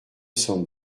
cent